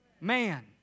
man